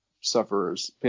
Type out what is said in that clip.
sufferers